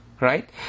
Right